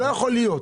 לא יכול להיות